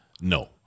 No